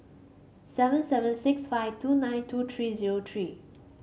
seven seven six five two nine two three zero three